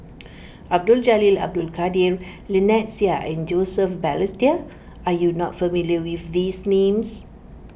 Abdul Jalil Abdul Kadir Lynnette Seah and Joseph Balestier are you not familiar with these names